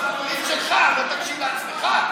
אתה תקשיב לעצמך.